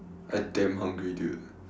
I damn hungry dude